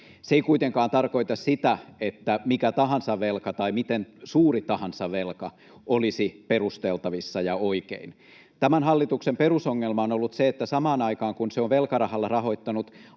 Se ei kuitenkaan tarkoita sitä, että mikä tahansa velka tai miten suuri velka tahansa olisi perusteltavissa ja oikein. Tämän hallituksen perusongelma on ollut se, että samaan aikaan, kun se on velkarahalla rahoittanut